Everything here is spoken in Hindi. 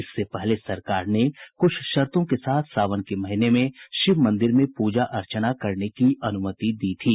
इससे पहले सरकार ने कृछ शर्तों के साथ सावन के महीने में शिव मंदिर में पूजा अर्चना करने की अनुमति दी थी